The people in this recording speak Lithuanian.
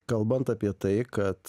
kalbant apie tai kad